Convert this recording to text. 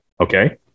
okay